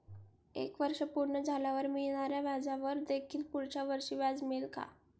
एक वर्ष पूर्ण झाल्यावर मिळणाऱ्या व्याजावर देखील पुढच्या वर्षी व्याज मिळेल का?